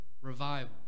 revival